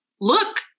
look